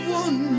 one